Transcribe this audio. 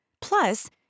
Plus